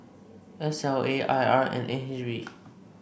S L A I R and N H B